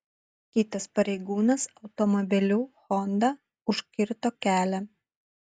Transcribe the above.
kitas pareigūnas automobiliu honda užkirto kelią